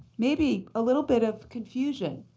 maybe a little bit of confusion.